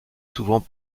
souvent